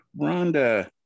Rhonda